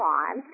on